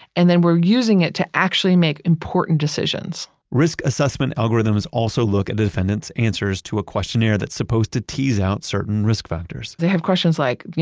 and then we're using it to actually make important decisions risk assessment algorithms also look at the defendant's answers to a questionnaire that's supposed to tease out certain risk factors they have questions like,